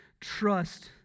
trust